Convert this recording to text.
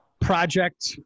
project